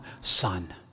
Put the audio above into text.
Son